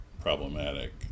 problematic